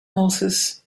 horses